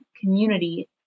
community